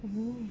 oh